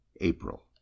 April